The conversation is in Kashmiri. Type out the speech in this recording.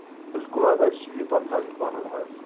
بالکل حظ اَسہِ چھِ یہِ بَٹھ حظ پَںُن حظ